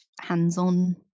hands-on